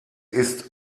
ist